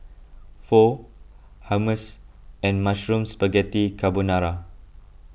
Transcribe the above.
Pho Hummus and Mushroom Spaghetti Carbonara